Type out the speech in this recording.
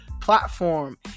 platform